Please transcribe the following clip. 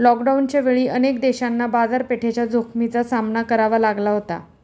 लॉकडाऊनच्या वेळी अनेक देशांना बाजारपेठेच्या जोखमीचा सामना करावा लागला होता